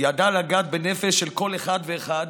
הוא ידע לגעת בנפש של כל אחד ואחד,